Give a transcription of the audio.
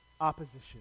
opposition